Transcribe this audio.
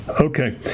Okay